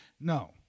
No